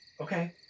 Okay